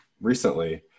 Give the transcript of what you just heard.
recently